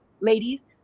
ladies